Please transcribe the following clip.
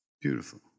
Beautiful